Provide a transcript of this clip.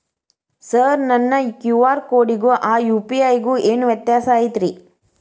Sir ನನ್ನ QR ಕೊಡಿಗೂ ಆ ಯು.ಪಿ.ಐ ಗೂ ಏನ್ ವ್ಯತ್ಯಾಸ ಐತ್ರಿ?